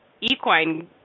Equine